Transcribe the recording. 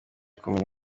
kumenya